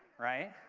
right?